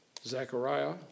Zechariah